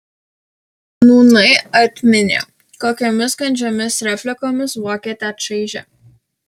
nūnai atminė kokiomis kandžiomis replikomis vokietę čaižė